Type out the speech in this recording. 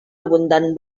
abundant